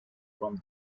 from